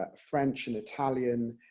ah french and italian,